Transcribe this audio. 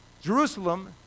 Jerusalem